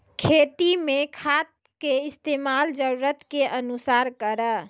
खेती मे खाद के इस्तेमाल जरूरत के अनुसार करऽ